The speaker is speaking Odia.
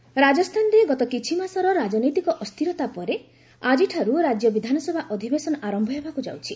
ରାଜସ୍ଥାନ ଆସେମ୍ଲି ରାଜସ୍ଥାନରେ ଗତ କଛିମାସର ରାଜନୈତିକ ଅସ୍ଥିରତା ପରେ ଆକିଠାରୁ ରାଜ୍ୟ ବିଧାନସଭା ଅଧିବେଶନ ଆରମ୍ଭ ହେବାକୁ ଯାଉଛି